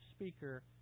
speaker